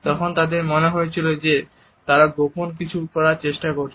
তখন তাদের মনে হয়েছিল যে তারা কিছু গোপন করার চেষ্টা করছে